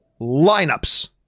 Lineups